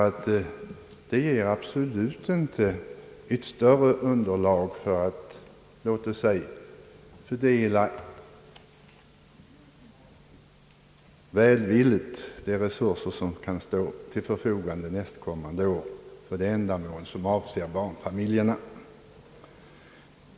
Ty det ger absolut inte något större underlag för att låt oss säga välvilligt fördela de resurser som kan stå till förfogande nästkommande år för de ändamål som avser barnfamiljerna.